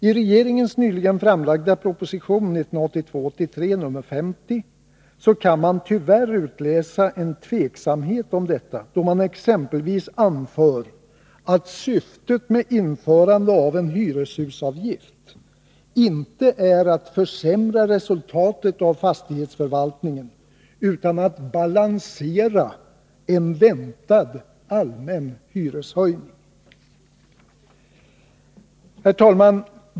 I regeringens nyligen framlagda proposition 1982/83:50 kan man tyvärr utläsa en tveksamhet om detta, då man exempelvis anför att syftet med införande av en hyreshusavgift inte är att försämra resultatet av fastighetsförvaltningen utan att balansera en väntad allmän hyreshöjning! Herr talman!